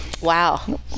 Wow